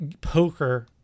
poker